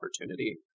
opportunity